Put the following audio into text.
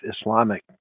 Islamic